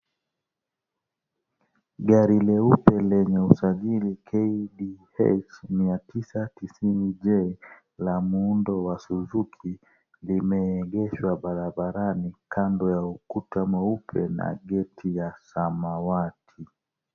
Gari leupe lenye usajiri, cs[KDH900J]cs. La muundo wa suzuki limeegeshwa barabarani kando ya ukuta mweupe na geti ya samawati.